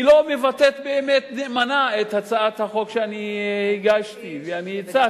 לא מבטאת נאמנה את הצעת החוק שאני הגשתי והצעתי.